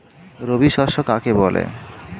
রবি শস্য কাকে বলে?